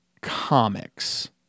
comics